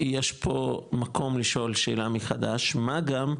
יש פה מקום לשאול שאלה מחדש, מה גם,